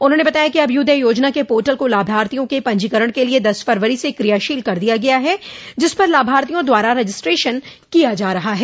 उन्होंने बताया कि अभ्यूदय योजना के पोर्टल को लाभार्थियों के पंजीकरण के लिये दस फरवरो से क्रियाशील कर दिया गया है जिस पर लाभार्थियों द्वारा रजिस्ट्रेशन किया जा रहा है